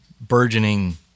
burgeoning